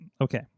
okay